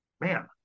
man